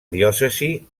diòcesi